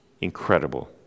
incredible